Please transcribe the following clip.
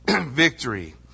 victory